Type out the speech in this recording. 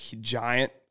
giant